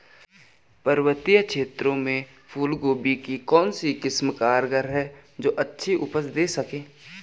पर्वतीय क्षेत्रों में फूल गोभी की कौन सी किस्म कारगर है जो अच्छी उपज दें सके?